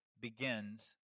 begins